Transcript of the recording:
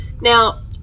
now